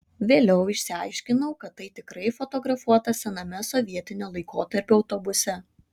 vėliau išsiaiškinau kad tai tikrai fotografuota sename sovietinio laikotarpio autobuse